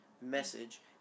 message